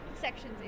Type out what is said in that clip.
sections